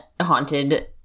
haunted